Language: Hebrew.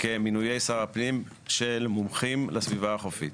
כמינויי שר הפנים של מומחים לסביבה החופית.